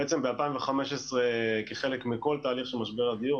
בעצם ב-2015 כחלק מכל תהליך של משבר הדיור,